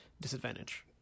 disadvantage